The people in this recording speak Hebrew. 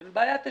אין בעיה תשלם".